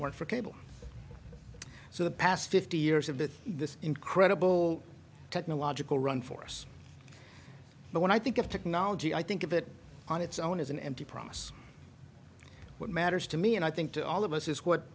weren't for cable so the past fifty years of this incredible technological run force but when i think of technology i think of it on its own as an empty promise what matters to me and i think to all of us is what